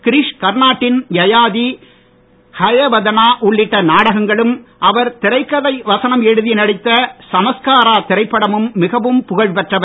கிரீஷ் கர்னா டின் யயாதி ஹயவதனா உள்ளிட்ட நாடகங்களும் அவர் திரைக்கதை வசனம் எழுதி நடித்த சம்ஸ்காரா திரைப்படமும் மிகவும் புகழ்பெற்றவை